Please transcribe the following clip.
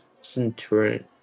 Centurion